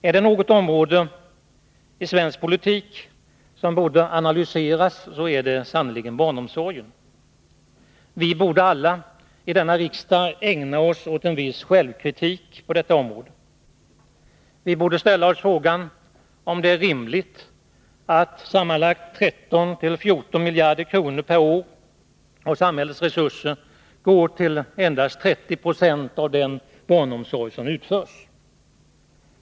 Är det något område i svensk politik som borde analyseras så är det sannerligen barnomsorgen. Vi borde alla i denna riksdag ägna oss åt en viss självkritik på detta område. Vi borde ställa oss frågan, om det är rimligt att sammanlagt 13-14 miljarder kronor per år av samhällets resurser går till endast 30 26 av den barnomsorg som utförs.